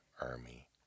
army